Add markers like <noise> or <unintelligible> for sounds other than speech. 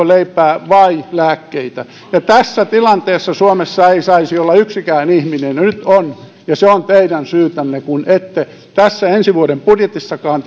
<unintelligible> leipää vai lääkkeitä tässä tilanteessa suomessa ei saisi olla yksikään ihminen no nyt on ja se on teidän syytänne kun ette tässä ensi vuoden budjetissakaan <unintelligible>